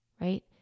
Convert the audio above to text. right